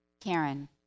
Karen